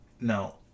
No